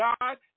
God